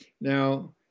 Now